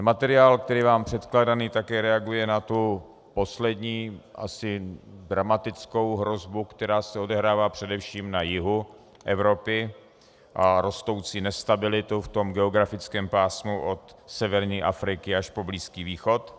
Materiál, který je vám předkládaný, také reaguje na tu poslední, asi dramatickou hrozbu, která se odehrává především na jihu Evropy, a rostoucí nestabilitu v tom geografickém pásmu od severní Afriky až po Blízký východ.